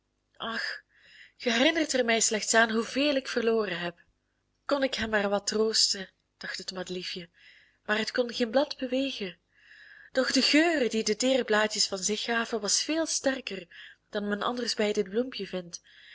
ach ge herinnert er mij slechts aan hoeveel ik verloren heb kon ik hem maar wat troosten dacht het madeliefje maar het kon geen blad bewegen doch de geur die de teere blaadjes van zich gaven was veel sterker dan men anders bij dit bloempje vindt